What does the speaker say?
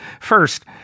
First